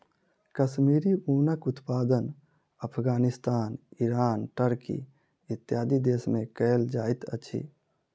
कश्मीरी ऊनक उत्पादन Afghanistan, Iran, Turkey, इत्यादि देश में कयल जाइत अछि